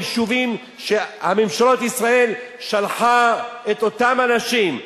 היישובים שממשלת ישראל שלחה אליהם את אותם אנשים,